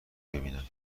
ببینم